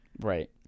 Right